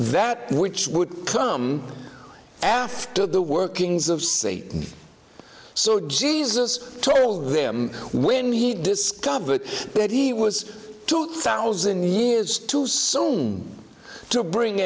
that which would come after the workings of state so jesus told them when he discovered that he was two thousand years too soon to bring